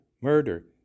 murder